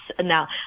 Now